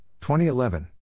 2011